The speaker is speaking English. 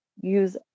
use